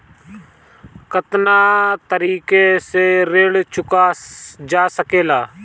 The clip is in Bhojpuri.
कातना तरीके से ऋण चुका जा सेकला?